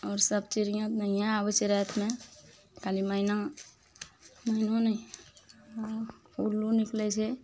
आओर सब चिड़ियाँ नहिये आबय छै रातिमे खाली मैना मैनो नहि उल्लू निकलय छै